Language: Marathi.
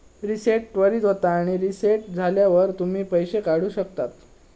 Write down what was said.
रीसेट त्वरीत होता आणि रीसेट झाल्यावर तुम्ही पैशे काढु शकतास